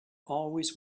always